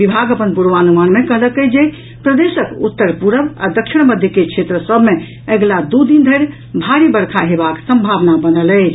विभाग अपन पूर्वानुमान मे कहलक अछि जे प्रदेशक उत्तर पूरब आ दक्षिण मध्य के क्षेत्र सभ मे अगिला दू दिन धरि भारी वर्षा हेबाक सम्भावना बनल अछि